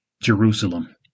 Jerusalem